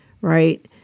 right